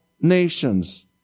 nations